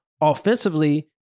offensively